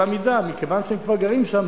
מכיוון שהם גרים שם,